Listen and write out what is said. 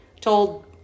told